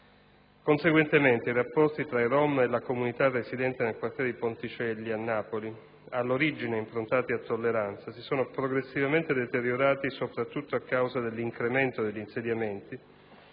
Conseguentemente, i rapporti tra i rom e la comunità residente nel quartiere di Ponticelli a Napoli, all'origine improntati alla tolleranza, si sono progressivamente deteriorati soprattutto a causa dell'incremento degli insediamenti,